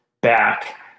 back